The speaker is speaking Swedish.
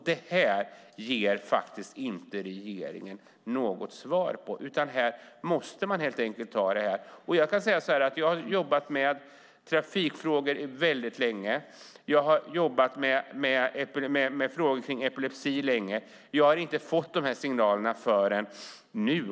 Det ger faktiskt regeringen inte något svar på. Man måste ta sig an detta. Jag har jobbat med trafikfrågor väldigt länge, liksom med frågor om epilepsi. Jag har inte fått de här signalerna förrän nu.